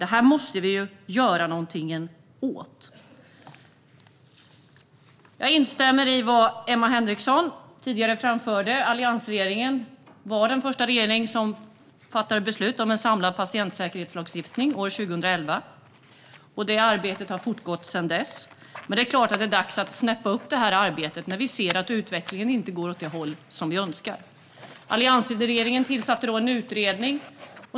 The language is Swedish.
Det här måste vi göra något åt. Jag instämmer i vad Emma Henriksson tidigare framförde. Alliansregeringen var den första regering som fattade beslut om en samlad patientsäkerhetslagstiftning, år 2011. Det arbetet har fortgått sedan dess. Men det är klart att det är dags att snäppa upp det arbetet när vi ser att utvecklingen inte går åt det håll som vi önskar. Alliansregeringen tillsatte en utredning.